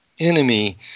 enemy